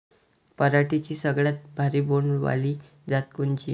पराटीची सगळ्यात भारी बोंड वाली जात कोनची?